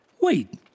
Wait